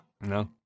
No